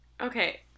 Okay